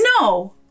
No